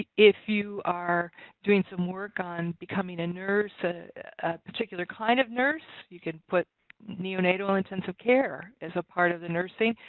if you are doing some work on becoming a nurse a particular kind of nurse you can put neonatal intensive care as a part of the nursing.